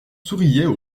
souriaient